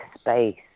space